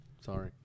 Sorry